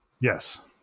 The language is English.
Yes